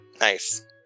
Nice